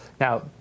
Now